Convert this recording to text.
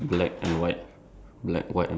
T A X one yes